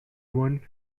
won